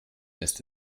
ist